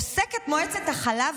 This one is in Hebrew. עוסקת מועצת החלב,